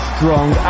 Strong